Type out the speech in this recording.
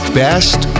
best